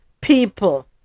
people